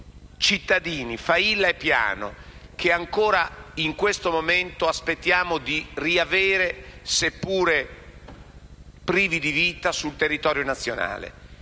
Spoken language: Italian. cittadini, Failla e Piano, che ancora, in questo momento, aspettiamo di riavere, seppure privi di vita, sul territorio nazionale.